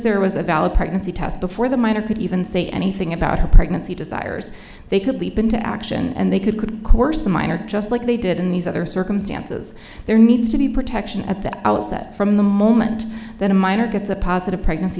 there was a valid pregnancy test before the minor could even say anything about her pregnancy desires they could leap into action and they could coerce the minor just like they did in these other circumstances there needs to be protection at the outset from the moment that a minor gets a positive pregnancy